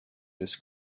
this